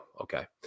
Okay